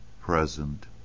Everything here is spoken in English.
present